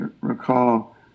recall